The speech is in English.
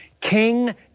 King